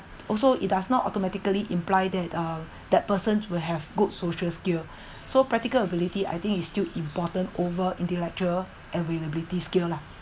also it does not automatically imply that uh that person will have good social skill so practical ability I think is still important over intellectual availability skill lah